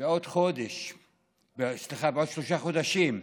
בעוד שלושה חודשים,